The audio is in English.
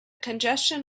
congestion